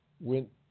went